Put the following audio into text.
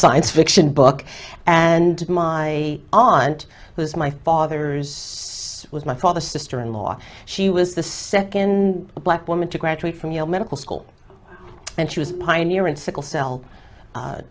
science fiction book and my aunt who is my father's was my father's sister in law she was the second black woman to graduate from yale medical school and she was a pioneer in sickle cell